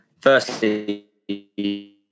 firstly